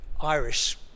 Irish